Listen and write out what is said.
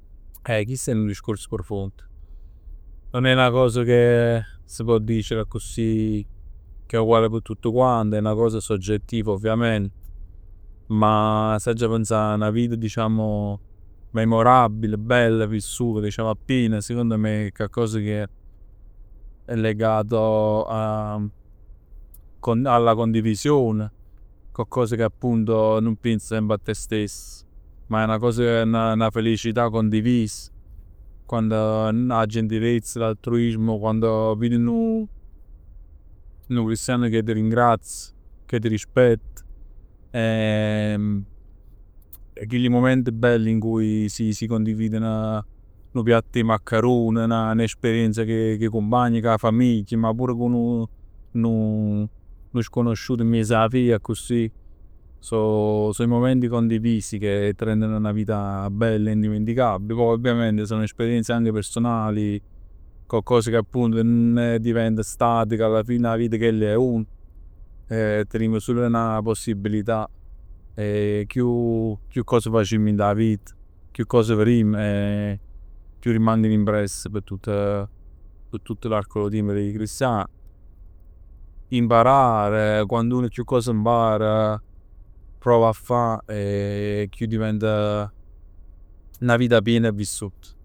Eh chist è nu discorso profondo, nun è 'na cosa che si pò dicere accussì che è uguale p' tutt quant. È 'na cosa soggettiva ovviament, ma si aggia pensà a 'na vita diciamo memorabile, bella vissuta diciamo a pieno. Secondo me è coccos che è legato a, alla condivisione, coccos che appunto nun piens semp a te stess, ma è 'na cosa che, 'na felicità condivisa. Quando 'a gentilezz, l'altruismo, quando vir nu, nu cristian che ti ringrazia, che ti rispett chilli mument bell in cui si si condividono nu piatt 'e maccarun, 'na, n'esperienza cu 'e cumpagn, cu 'a famiglia. Ma pure cu cu nu sconosciuto miezz 'a via accusì. So so 'e mument condivisi che ti rendono 'a vita bella e indimenticabile. Poi ovviamente so esperienze anche personali, coccos che appunto non diventa statica, alla fine 'a vita chell è, una. Tenimm sul 'na possibilità. Chiù chiù cos facimm dint 'a vita e chiù cose verimm e chiù rimangono impresse p' tutt 'e, p' tutt 'e l'arco d' 'o tiemp d' 'e cristian. Imparare, quanto uno chiù cose impara prova a fa e chiù diventa 'na vita piena e vissuta.